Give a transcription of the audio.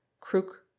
crook